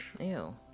ew